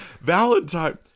Valentine